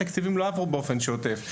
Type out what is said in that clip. שבהם התקציבים לא עברו באופן שוטף,